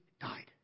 died